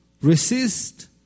resist